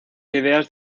ideas